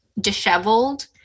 disheveled